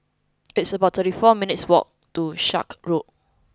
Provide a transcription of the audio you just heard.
it's about thirty four minutes' walk to Sakra Road